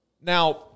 Now